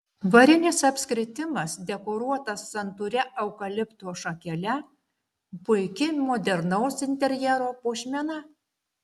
varinis apskritimas dekoruotas santūria eukalipto šakele puiki modernaus interjero puošmena